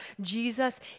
Jesus